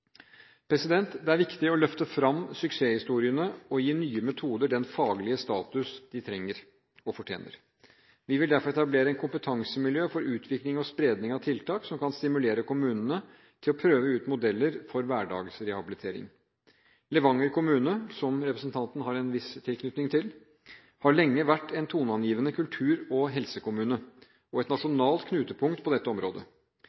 Det er viktig å løfte fram suksesshistoriene og gi nye metoder den faglige status de trenger og fortjener. Vi vil derfor etablere et kompetansemiljø for utvikling og spredning av miljøterapeutiske tiltak som kan stimulere kommunene til å prøve ut modeller for hverdagsrehabilitering. Levanger kommune, som representanten har en viss tilknytning til, har lenge vært en toneangivende kultur- og helsekommune og et nasjonalt knutepunkt på dette området.